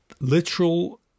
literal